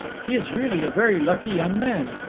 he is really a very lucky young man.